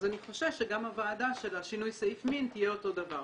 אז אני חושש שגם הוועדה של השינוי סעיף מין תהיה אותו דבר,